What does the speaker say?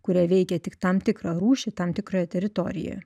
kurie veikia tik tam tikrą rūšį tam tikroje teritorijoje